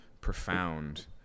profound